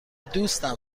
دوستم